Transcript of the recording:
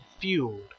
fueled